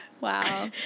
Wow